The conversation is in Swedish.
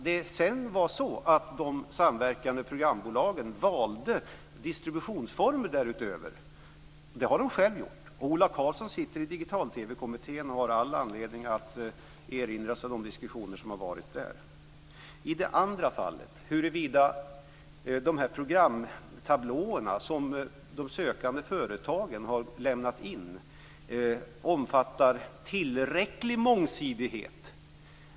Men sedan valde de samverkande programbolagen själva distributionsformer därutöver. Ola Karlsson sitter själv i Digital-TV-kommittén och har all anledning att erinra sig de diskussioner som har varit där. Jag skall låta vara osagt huruvida de programtablåer som de sökande företagen har lämnat in omfattar tillräcklig mångsidighet.